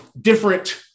different